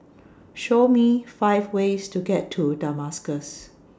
Show Me five ways to get to Damascus